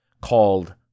called